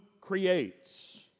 creates